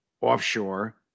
offshore